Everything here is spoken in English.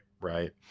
right